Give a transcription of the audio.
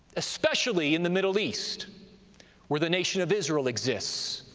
especially in the middle east where the nation of israel exists.